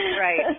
Right